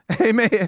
Amen